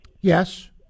Yes